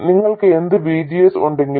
നിങ്ങൾക്ക് എന്ത് VGS ഉണ്ടെങ്കിലും